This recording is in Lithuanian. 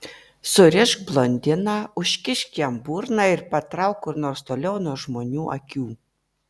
surišk blondiną užkišk jam burną ir patrauk kur nors toliau nuo žmonių akių